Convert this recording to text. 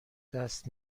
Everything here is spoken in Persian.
دست